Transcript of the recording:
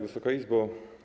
Wysoka Izbo!